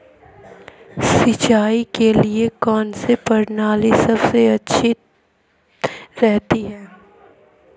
सिंचाई के लिए कौनसी प्रणाली सबसे अच्छी रहती है?